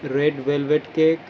red velvet cake